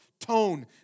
tone